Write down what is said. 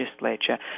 legislature